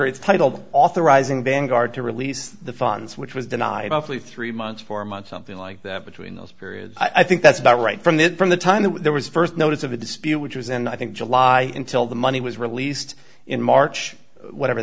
its title authorizing vanguard to release the funds which was denied awfully three months four months something like that between those periods i think that's about right from the from the time that there was st notice of a dispute which was and i think july until the money was released in march whatever